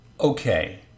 Okay